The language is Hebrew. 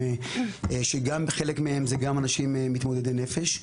שגם חלק מהם הם אנשים מתמודדי נפש.